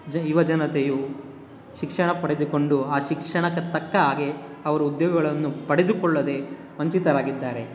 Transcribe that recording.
ಜ ಯುವಜನತೆಯು ಶಿಕ್ಷಣ ಪಡೆದುಕೊಂಡು ಆ ಶಿಕ್ಷಣಕ್ಕೆ ತಕ್ಕ ಹಾಗೆ ಅವರು ಉದ್ಯೋಗಗಳನ್ನು ಪಡೆದುಕೊಳ್ಳದೆ ವಂಚಿತರಾಗಿದ್ದಾರೆ